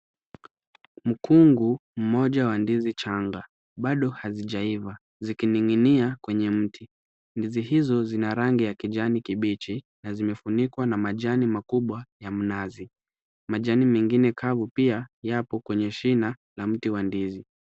Mkungu mmoja wa ndizi changa bado hazijaiva zikining'inia kwenye mti. Ndizi hizo zina rangi ya kijani kibichi na zimefunikwa na majani makubwa ya mnazi. Majani mengine kavu pia yapo kwenye shina la mti wa ndizi.